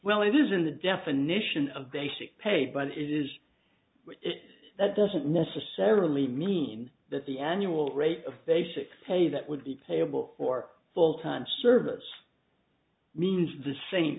well it is in the definition of basic pay but is it that doesn't necessarily mean that the annual rate of basic pay that would be payable for full time service means the same